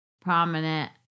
prominent